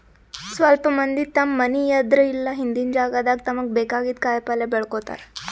ಸ್ವಲ್ಪ್ ಮಂದಿ ತಮ್ಮ್ ಮನಿ ಎದ್ರ್ ಇಲ್ಲ ಹಿಂದಿನ್ ಜಾಗಾದಾಗ ತಮ್ಗ್ ಬೇಕಾಗಿದ್ದ್ ಕಾಯಿಪಲ್ಯ ಬೆಳ್ಕೋತಾರ್